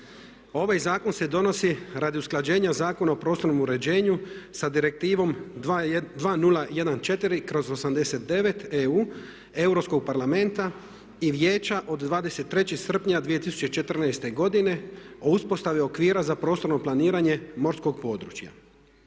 Ovaj zakon se donosi radi usklađenja Zakona o prostornom uređenju sa direktivom 2014/89EU Europskog parlamenta i Vijeća od 23. srpnja 2014. godine o uspostavi okvira za prostorno planiranje morskog područja.